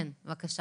בבקשה.